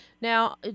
now